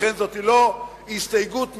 לכן, זאת לא הסתייגות מילולית,